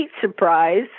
surprise